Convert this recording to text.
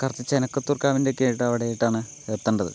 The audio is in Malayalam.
കുറച്ച് ചേനക്കത്തൂർ കാവിൻ്റെ ഒക്കെ അവിടെ ആയിട്ടാണ് എത്തെണ്ടത്